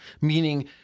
Meaning